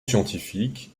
scientifiques